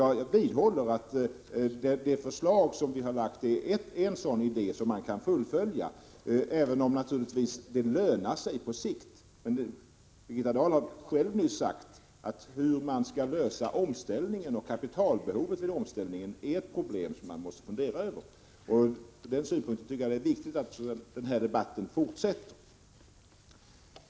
Jag vidhåller att vårt förslag är en sådan idé som kan fullföljas — det lönar sig naturligtvis på sikt. Birgitta Dahl har själv nyss sagt att man måste fundera över hur problemet med omställningen och kapitalbehovet vid omställningen skall lösas. Ur den synpunkten är det viktigt att denna debatt fortsätter.